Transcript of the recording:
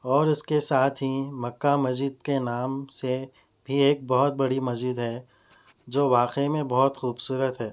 اور اس کے ساتھ ہی مکہ مسجد کے نام سے بھی ایک بہت بڑی مسجد ہے جو واقعی میں بہت خوبصورت ہے